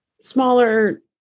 smaller